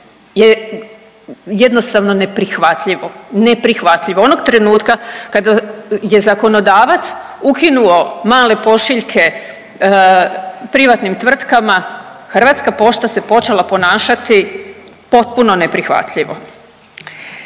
neprihvatljivo. Neprihvatljivo. Onog trenutka kada je zakonodavac ukinuo male pošiljke privatnim tvrtkama Hrvatska pošta se počela ponašati potpuno neprihvatljivo.